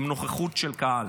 עם נוכחות של קהל.